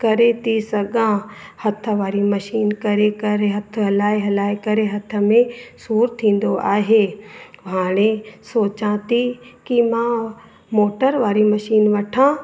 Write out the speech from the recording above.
करे थी सघां हथ वारी मशीन करे करे हथ हलाए हलाए करे हथ में सूर थींदो आहे हाणे सोचा थी की मां मोटर वारी मशीन वठा